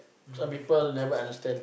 some people never understand